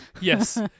Yes